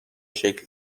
شکل